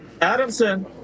Adamson